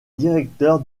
directeur